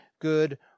good